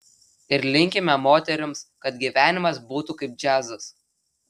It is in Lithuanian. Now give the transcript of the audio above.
ir linkime moterims kad gyvenimas būtų kaip džiazas